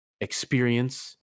experience